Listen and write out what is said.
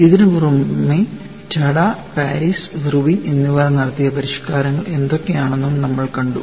ഇതിനുപുറമെ ടഡ Paris Irwin എന്നിവർ വരുത്തിയ പരിഷ്കാരങ്ങൾ എന്തൊക്കെയാണെന്നും നമ്മൾ കണ്ടു